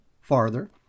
farther